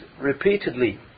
repeatedly